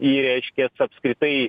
į reiškias apskritai